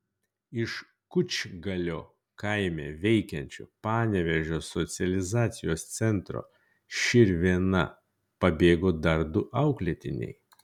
iš kučgalio kaime veikiančio panevėžio socializacijos centro širvėna pabėgo dar du auklėtiniai